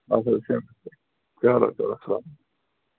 اسہ چلو تیٚلہِ چلو چلو اسلام وعلیکُم